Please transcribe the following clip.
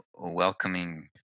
welcoming